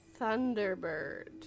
Thunderbird